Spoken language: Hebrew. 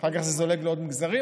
אחר כך זה זולג לעוד מגזרים,